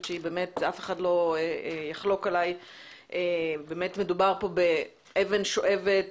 שאף אחד לא יחלוק עלי כשאומר שבאמת מדובר כאן באבן שואבת,